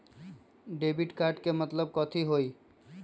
Debit card के मतलब कथी होई?